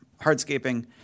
hardscaping